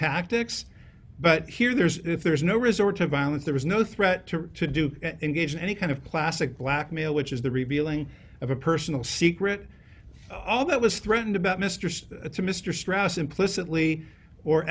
tactics but here there's if there's no resort to violence there is no threat to to do engage in any kind of classic blackmail which is the revealing of a personal secret all that was threatened about mr to mr strauss implicitly or